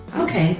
okay